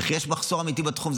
וכי יש מחסור אמיתי בתחום,